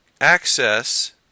access